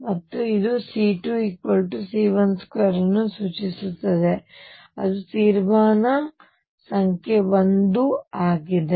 ಮತ್ತು ಇದು C2C12ಅನ್ನು ಸೂಚಿಸುತ್ತದೆ ಅದು ತೀರ್ಮಾನ ಸಂಖ್ಯೆ 1 ಆಗಿದೆ